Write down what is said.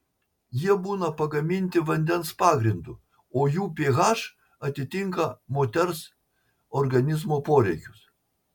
jie būna pagaminti vandens pagrindu o jų ph atitinka moters organizmo poreikius